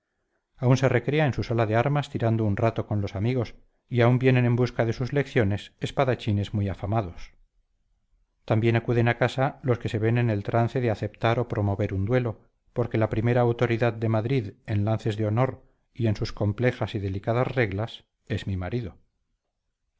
aún se recrea en su sala de armas tirando un rato con los amigos y aún vienen en busca de sus lecciones espadachines muy afamados también acuden a casa los que se ven en el trance de aceptar o promover un duelo porque la primera autoridad de madrid en lances de honor y en sus complejas y delicadas reglas es mi marido